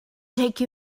take